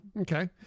Okay